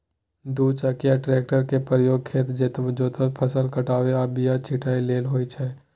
दु चकिया टेक्टर केर प्रयोग खेत जोतब, फसल काटब आ बीया छिटय लेल होइ छै